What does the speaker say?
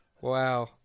Wow